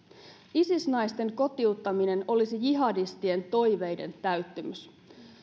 isis naisten kotiuttaminen olisi jihadistien toiveiden täyttymys